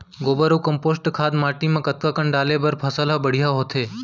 गोबर अऊ कम्पोस्ट खाद माटी म कतका कन डाले बर फसल ह बढ़िया होथे?